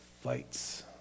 fights